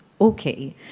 okay